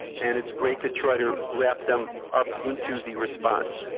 and it's great to try to wrap them up into the response.